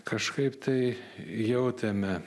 kažkaip tai jautėme